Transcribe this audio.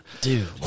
dude